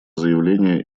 заявление